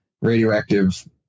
radioactive